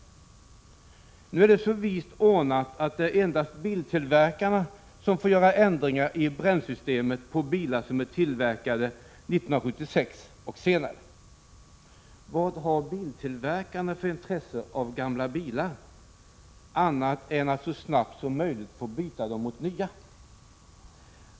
Nu är det så vist ordnat att det endast är biltillverkarna som får göra ändringar i bränslesystemet på bilar som är tillverkade 1976 och senare. Vad har biltillverkarna för intresse av gamla bilar, annat än att så snabbt som möjligt få byta dem mot nya?